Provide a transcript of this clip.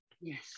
Yes